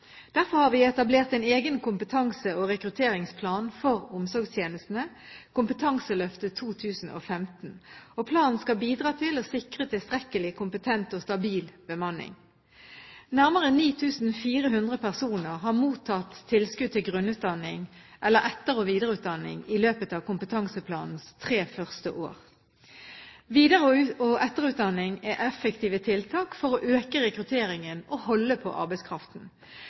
Derfor har vi etablert en egen kompetanse- og rekrutteringsplan for omsorgstjenestene – Kompetanseløftet 2015. Planen skal bidra til å sikre tilstrekkelig, kompetent og stabil bemanning. Nærmere 9 400 personer har mottatt tilskudd til grunnutdanning eller etter- og videreutdanning i løpet av kompetanseplanens tre første år. Videre- og etterutdanning er effektive tiltak for å øke rekrutteringen og holde på arbeidskraften.